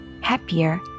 happier